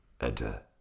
Enter